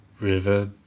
river